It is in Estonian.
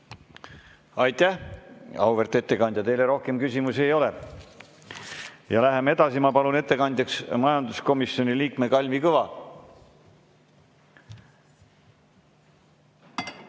Aitäh, auväärt ettekandja! Teile rohkem küsimusi ei ole. Läheme edasi. Ma palun ettekandjaks majanduskomisjoni liikme Kalvi Kõva.